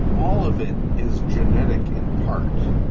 all of it is genetic in part,